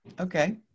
Okay